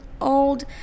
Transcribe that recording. old